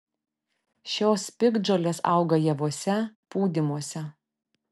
šios piktžolės auga javuose pūdymuose